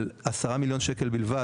על כ-10 מיליון ₪ בלבד.